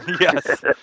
Yes